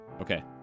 Okay